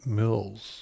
mills